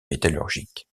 métallurgique